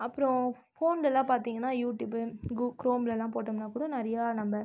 அப்புறம் ஃபோன்லலாம் பார்த்தீங்கனா யூடியூப் கு க்ரோம்லலாம் போட்டோம்னா கூட நிறைய நம்ப